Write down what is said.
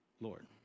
Lord